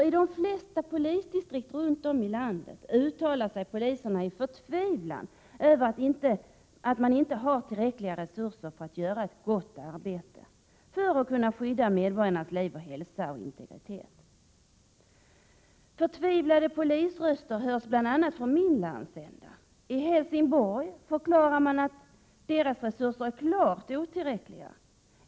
I de flesta polisdistrikten runt om i landet uttalar sig poliserna i förtvivlan över att man inte har tillräckliga resurser för att göra ett gott arbete, för att skydda medborgarnas liv, hälsa och integritet. Förtvivlade polisröster hörs bl.a. i min landsända. I Helsingborg förklarar man att resurserna är klart otillräckliga.